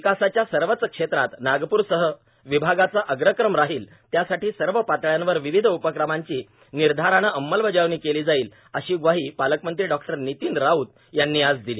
विकासाच्या सर्वच क्षेत्रात नागप्रसह विभागाचा अग्रक्रम राहील त्यासाठी सर्व पातळ्यांवर विविध उपक्रमांची निर्धाराने अंमलबजावणी केली जाईल अशी ग्वाही नागपूरचे पालकमंत्री डॉ नितीन राऊत यांनी आज दिली